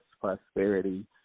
prosperity